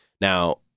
now